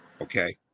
okay